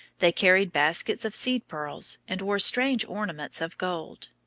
they carried baskets of seed pearls, and wore strange ornaments of gold.